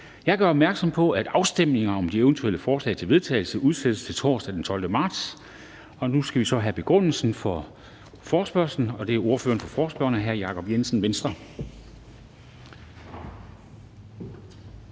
Jeg gør opmærksom på, at afstemninger om de eventuelle forslag til vedtagelse udsættes til torsdag den 12. marts 2020. Nu skal vi så have begrundelsen for forespørgslen, og den kommer fra ordføreren for forespørgerne, hr. Jacob Jensen, Venstre.